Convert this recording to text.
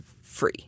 free